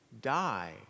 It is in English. die